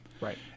Right